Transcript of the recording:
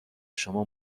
شما